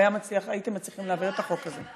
הייתם מצליחים להעביר את החוק הזה.